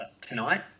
tonight